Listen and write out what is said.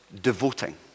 devoting